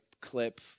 clip